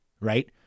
right